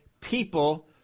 people